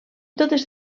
totes